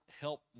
help